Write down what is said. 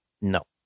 No